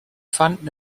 fanden